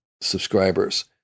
subscribers